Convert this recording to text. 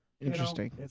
Interesting